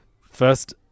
First